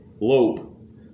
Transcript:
lope